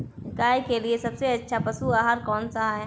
गाय के लिए सबसे अच्छा पशु आहार कौन सा है?